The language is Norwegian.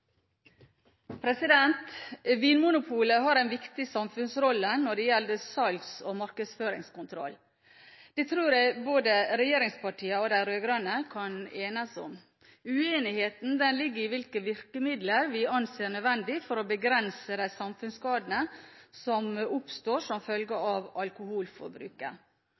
Vinmonopolet har en viktig samfunnsrolle når det gjelder salgs- og markedsføringskontroll. Det tror jeg både regjeringspartiene og de rød-grønne kan enes om. Uenigheten ligger i hvilke virkemidler vi anser nødvendige for å begrense de samfunnsskadene som oppstår som følge av alkoholforbruket.